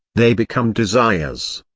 they become desires.